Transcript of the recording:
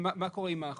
מה קורה עם אחורה?